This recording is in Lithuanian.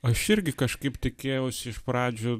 aš irgi kažkaip tikėjausi iš pradžių